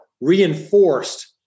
reinforced